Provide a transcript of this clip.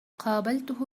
قابلته